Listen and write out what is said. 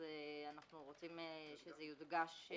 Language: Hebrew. אז אנחנו רוצים שזה יודגש.